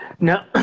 Now